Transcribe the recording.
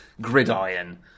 gridiron